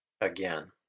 Again